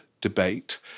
debate